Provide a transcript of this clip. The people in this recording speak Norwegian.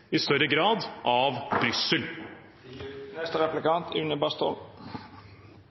i større grad av